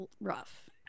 rough